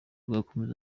rwakoze